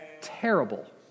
terrible